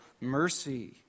mercy